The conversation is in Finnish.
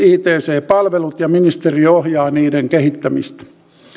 ict palvelut ja ministeriö ohjaa niiden kehittämistä